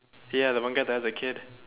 ya the one guy that has a kid